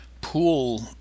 pool